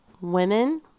women